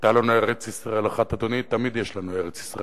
היתה לנו ארץ-ישראל אחת.